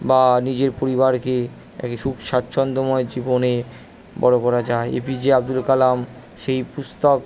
বা নিজের পরিবারকে একে সুখ স্বাচ্ছন্দ্যময় জীবনে বড়ো করা যায় এপিজে আবদুল কালাম সেই পুস্তক